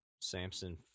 Samson